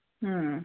ꯎꯝ